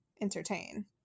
entertain